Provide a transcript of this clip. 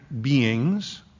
beings